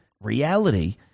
reality